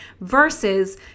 Versus